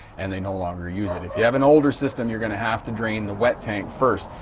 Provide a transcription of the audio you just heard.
and they no longer use it. if you have an older system, you're going to have to drain the wet tank first